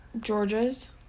Georgia's